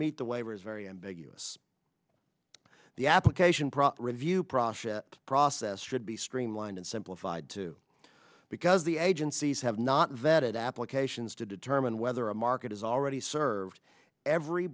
meet the waiver is very ambiguous the application proper review process that process should be streamlined and simplified to because the agencies have not vetted applications to determine whether a market is already served every